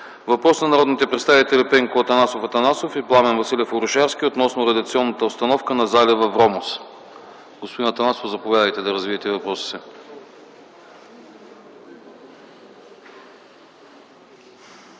Въпрос от народните представители Пенко Атанасов Атанасов и Пламен Василев Орешарски относно радиационната обстановка на залива Вромос. Господин Атанасов, заповядайте да развиете въпроса.